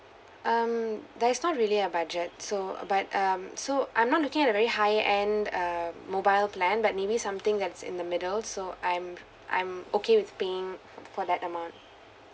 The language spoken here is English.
um there's not really a budget so uh but um so I'm not looking at a very high end uh mobile plan but maybe something that's in the middle so I'm I'm okay with paying for that amount